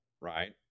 right